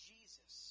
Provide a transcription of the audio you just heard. Jesus